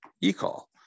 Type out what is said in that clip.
e-call